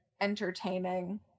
entertaining